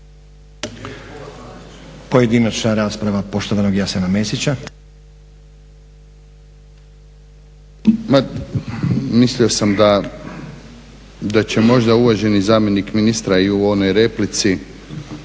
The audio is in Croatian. Pojedinačna rasprava poštovanog Jasena Mesića. **Mesić, Jasen (HDZ)** Ma mislimo sam da će možda uvaženi zamjenik ministra i u onoj replici